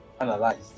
analyzed